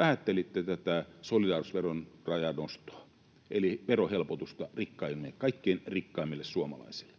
Vähättelitte tätä solidaarisuusveron rajanostoa eli verohelpotusta kaikkein rikkaimmille suomalaisille: